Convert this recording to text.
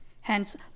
Hence